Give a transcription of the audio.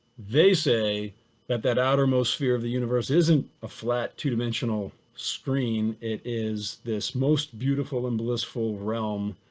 they say that that outermost sphere of the universe isn't a flat two dimensional screen, it is this most beautiful and blissful realm,